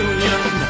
Union